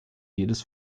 jedes